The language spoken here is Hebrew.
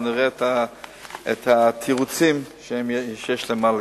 ונראה את התירוצים שיהיו להם להגיד.